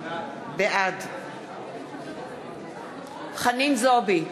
בעד חנין זועבי,